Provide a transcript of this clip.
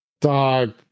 Dog